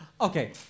Okay